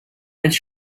its